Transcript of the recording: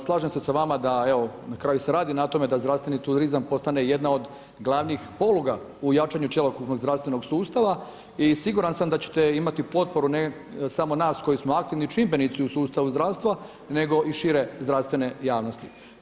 Slažem se s vama da evo, na kraju se radi na tome da zdravstveni turizam postane jedan od glavnih poluga u jačanju cjelokupnog zdravstvenog sustava i siguran sam da ćete imati potporu ne samo nas koji smo aktivni čimbenici u sustavu zdravstva, nego i šire zdravstvene javnosti.